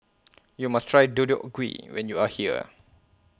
YOU must Try Deodeok Gui when YOU Are here